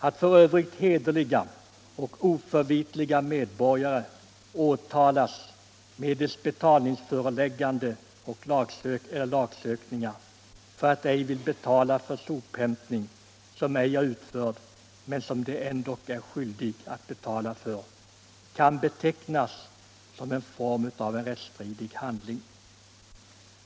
Att hederliga och oförvitliga medborgare åtalas medelst betalningsföreläggande och lagsökningar för att de ej velat betala för en sophämtning som ej utförts men som de ändock är skyldiga att betala för kan betecknas som en form av rättsstridig handling.